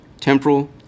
temporal